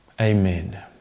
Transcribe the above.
amen